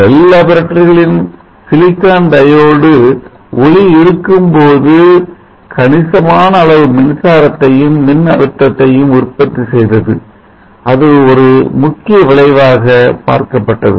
bell லேபரட்டரிகளின் silicon diode ஒளி இருக்கும் போது கணிசமான அளவு மின்சாரத்தையும் மின் அழுத்தத்தையும் உற்பத்தி செய்தது ஒரு அதிமுக்கிய விளைவாக பார்க்கப்பட்டது